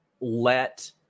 let